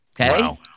Okay